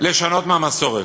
לשנות מהמסורת.